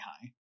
High